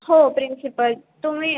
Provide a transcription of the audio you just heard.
हो प्रिन्सिपल तुम्ही